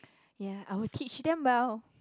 ya I will teach them well